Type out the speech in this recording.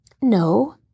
No